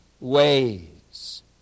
ways